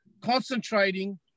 concentrating